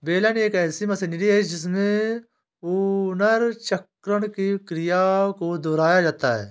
बेलन एक ऐसी मशीनरी है जिसमें पुनर्चक्रण की क्रिया को दोहराया जाता है